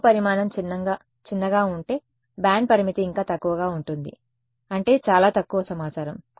వస్తువు పరిమాణం చిన్నగా ఉంటే బ్యాండ్ పరిమితి ఇంకా తక్కువగా ఉంటుంది అంటే చాలా తక్కువ సమాచారం